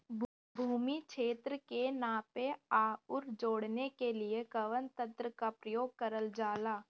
भूमि क्षेत्र के नापे आउर जोड़ने के लिए कवन तंत्र का प्रयोग करल जा ला?